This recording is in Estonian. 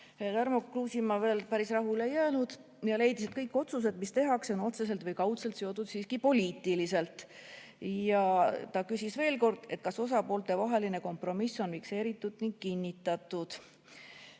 Tarmo Kruusimäe päris rahule ei jäänud ja leidis, et kõik otsused, mis tehakse, on otseselt või kaudselt seotud siiski poliitiliselt. Ta küsis veel kord, kas osapooltevaheline kompromiss on fikseeritud, kinnitatud.